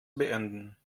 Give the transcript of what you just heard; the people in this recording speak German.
beenden